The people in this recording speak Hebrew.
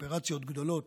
קואופרציות גדולות